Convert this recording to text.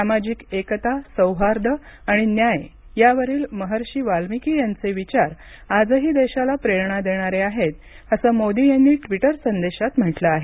सामाजिक एकता सौहार्द आणि न्याय यावरील महर्षी वाल्मिकी यांचे विचार आजही देशाला प्रेरणा देणारे आहेत असं मोदी यांनी ट्विटर संदेशात म्हटलं आहे